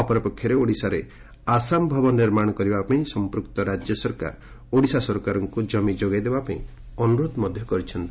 ଅପରପକ୍ଷରେ ଓଡ଼ିଶାରେ ଆସାମ ଭବନ ନିର୍ମାଶ କରିବା ପାଇଁ ସମ୍ମକ୍ତ ରାଜ୍ୟ ସରକାର ଓଡ଼ିଶା ସରକାରଙ୍କୁ ଜମି ଯୋଗାଇ ଦେବା ପାଇଁ ଅନୁରୋଧ କରିଛନ୍ତି